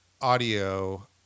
audio